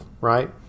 right